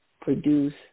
produce